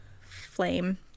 flame